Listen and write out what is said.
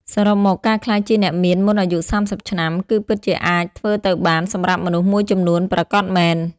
សរុបមក ការក្លាយជាអ្នកមានមុនអាយុ ៣០ ឆ្នាំ គឺពិតជាអាចធ្វើទៅបានសម្រាប់មនុស្សមួយចំនួនប្រាកដមែន។